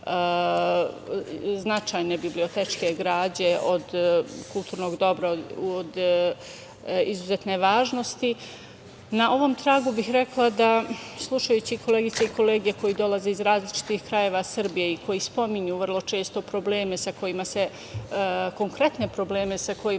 značajne bibliotečke građe od kulturnog dobra od izuzetne važnosti, na ovom tragu bih rekla da, slušajući koleginice i kolege koji dolaze iz različitih krajeva Srbije i koji spominju vrlo često konkretne probleme sa kojima